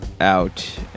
out